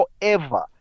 forever